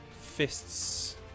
fists